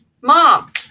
Mom